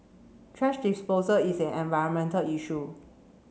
trash disposal is an environmental issue